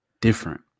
Different